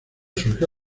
surgió